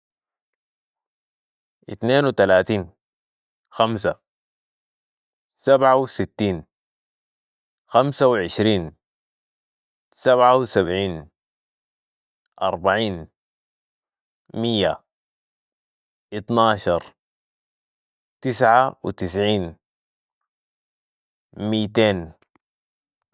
اتنين و تلاتين، خمسة، سبعة و ستين، خمسة و عشرين، سبعة و سبعين، أربعين، مية، اطناشر، تسعة و تسعين، ميتين.